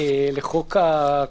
אנשים באים להיבדק?